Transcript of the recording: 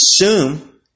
assume